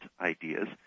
ideas